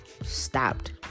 stopped